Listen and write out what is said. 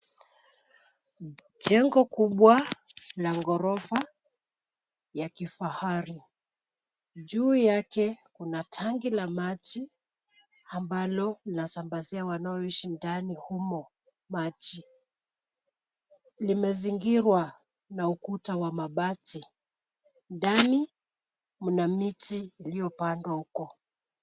Jengo kubwa, la ghorofa, ya kifahari. Juu yake, kuna tangi la maji, ambalo linasambazia wanaoishi ndani humo, maji. Limezingirwa, na ukuta wa mabati. Ndani, mna miti iliyopandwa huko.